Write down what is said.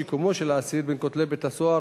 שיקומו של האסיר בין כותלי בתי-הסוהר